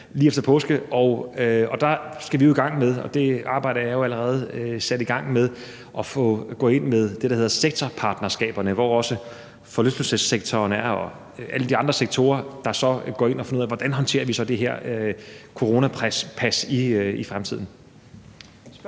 lige efter påske. Og der skal vi jo i gang med at gå ind med det, der hedder sektorpartnerskaberne, hvor forlystelsessektoren og alle de andre sektorer så går ind og finder ud af, hvordan vi så håndterer det her coronapas i fremtiden